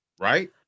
right